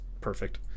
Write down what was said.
perfect